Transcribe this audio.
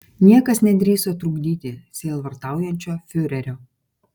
niekas nedrįso trukdyti sielvartaujančio fiurerio